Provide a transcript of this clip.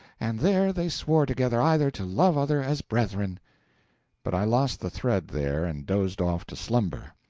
and there they swore together either to love other as brethren but i lost the thread there, and dozed off to slumber,